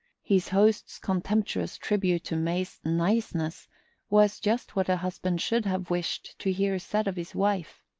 his host's contemptuous tribute to may's niceness was just what a husband should have wished to hear said of his wife.